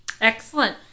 Excellent